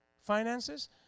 finances